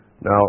Now